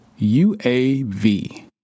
UAV